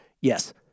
Yes